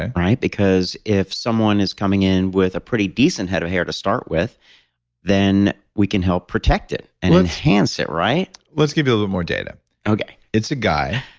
ah because if someone is coming in with a pretty decent head of hair to start with then we can help protect it and enhance it, right? let's give you a little more data okay it's a guy,